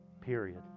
Period